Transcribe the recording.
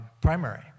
primary